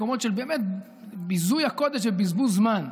מקומות של באמת ביזוי הקודש ובזבוז זמן.